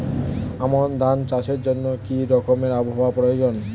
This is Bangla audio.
আমন ধান চাষের জন্য কি রকম আবহাওয়া প্রয়োজন?